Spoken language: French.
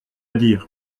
dire